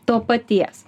to paties